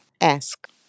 ask